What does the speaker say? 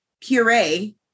puree